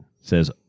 says